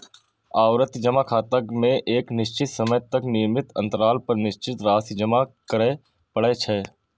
आवर्ती जमा खाता मे एक निश्चित समय तक नियमित अंतराल पर निश्चित राशि जमा करय पड़ै छै